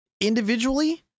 individually